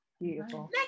Beautiful